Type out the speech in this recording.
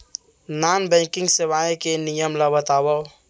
Non banking सेवाएं के नियम ला बतावव?